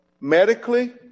medically